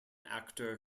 actor